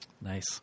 Nice